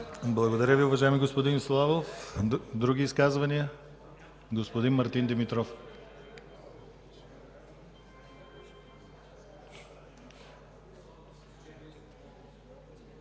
Благодаря Ви, уважаеми господин Славов. Други изказвания? Господин Мартин Димитров.